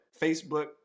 Facebook